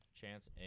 Chance